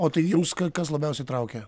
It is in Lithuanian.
o tai jums kas kas labiausiai traukia